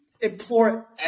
implore